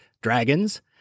dragons